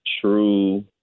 true